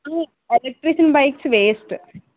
electrical bikes waste